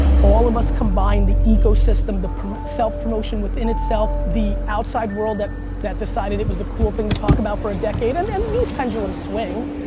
all of us combined, the ecosystem the self-promotion within itself the outside world that that decided it was the cool thing to talk about for a decade. and and these pendulums swing.